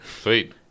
Sweet